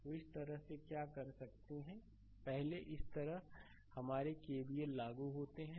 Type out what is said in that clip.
तो इस तरह से क्या कर सकते हैं पहले इस तरह हमारे केबीएल लागू होते हैं